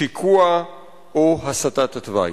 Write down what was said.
שיקוע או הסטת התוואי?